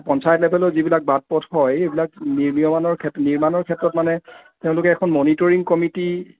পঞ্চায়ত লেবেলৰ যিবিলাক বাট পথ হয় সেইবিলাক নিৰ্মীয়মানৰ নিৰ্মাণৰ ক্ষেত্ৰত মানে তেওঁলোকে এখন মনিটৰিং কমিটি